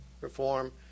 reform